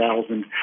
thousand